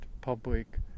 public